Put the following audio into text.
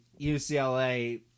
UCLA